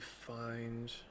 find